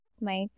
Mike